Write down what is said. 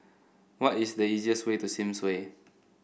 what is the easiest way to Sims Way